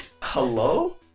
Hello